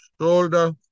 shoulder